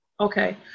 Okay